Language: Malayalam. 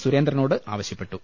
സുരേന്ദ്രനോട് ആവശ്യ പ്പെട്ടു